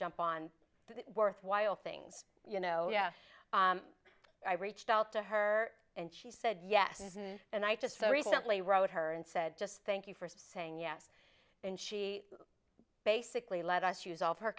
jump on the worthwhile things you know yeah i reached out to her and she said yes isn't and i just recently wrote her and said just thank you for saying yes and she basically let us use all of her